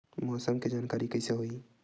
मौसम के जानकारी कइसे होही?